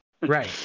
Right